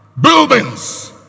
buildings